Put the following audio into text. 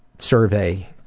survey